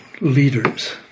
leaders